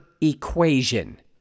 equation